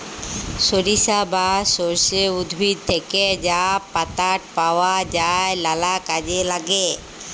সরিষা বা সর্ষে উদ্ভিদ থ্যাকে যা পাতাট পাওয়া যায় লালা কাজে ল্যাগে